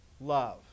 love